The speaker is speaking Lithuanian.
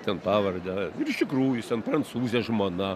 ten pavardę ir iš tikrųjų jis ten prancūzė žmona